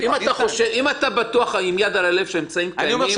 אם יש חוק